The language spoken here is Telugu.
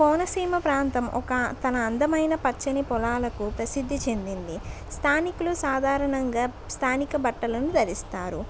కోనసీమ ప్రాంతం ఒక తన అందమైన పచ్చని పొలాలకు ప్రసిద్ధి చెందింది స్థానికులు సాధారణంగా స్థానిక బట్టలను ధరిస్తారు